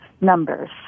numbers